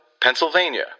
Pennsylvania